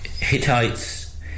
Hittites